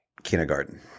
Kindergarten